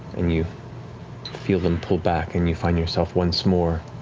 and you feel them pull back and you find yourself once more